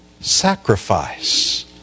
sacrifice